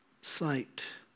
sight